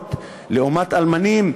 אלמנות לעומת אלמנים,